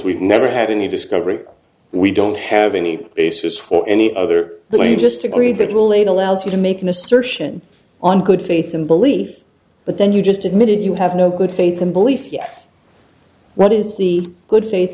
never had any discovery we don't have any basis for any other than you just agreed that relate allows you to make an assertion on good faith and belief but then you just admitted you have no good faith and belief yet what is the good faith